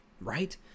right